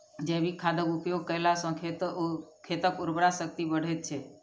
जैविक खादक उपयोग कयला सॅ खेतक उर्वरा शक्ति बढ़ैत छै